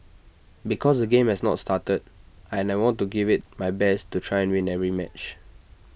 because the game has not started and I want to give IT my best to try win every match